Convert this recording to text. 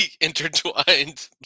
intertwined